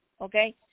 okay